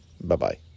Bye-bye